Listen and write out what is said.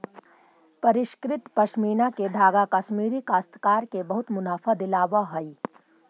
परिष्कृत पशमीना के धागा कश्मीरी काश्तकार के बहुत मुनाफा दिलावऽ हई